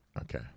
okay